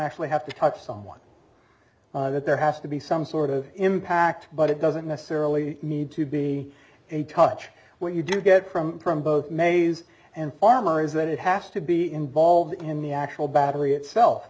actually have to touch someone that there has to be some sort of impact but it doesn't necessarily need to be a touch what you do get from from both mays and farmer is that it has to be involved in the actual battery